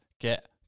get